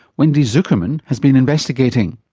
wendy zukerman has been investigating.